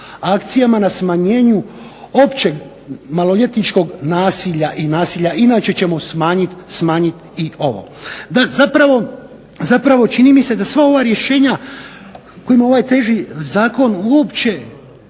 akcijama na smanjenju općeg maloljetničkog nasilja i nasilja, inače ćemo smanjit i ovo. Zapravo čini mi se da sva ova rješenja kojima ovaj teži zakon uopće